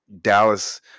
Dallas